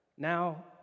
now